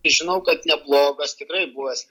žinau kad neblogas tikrai buvęs